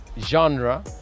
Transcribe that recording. Genre